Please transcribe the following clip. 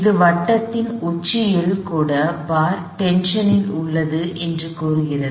இது வட்டத்தின் உச்சியில் கூட பார் டென்ஷன் ல் உள்ளது என்று கூறுகிறது